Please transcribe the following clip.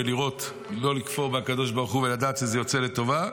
לראות ולא לכפור בקדוש ברוך הוא ולדעת שזה יוצא לטובה,